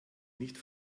nicht